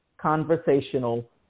conversational